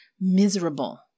miserable